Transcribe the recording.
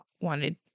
wanted